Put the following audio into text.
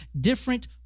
different